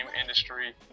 industry